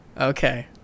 okay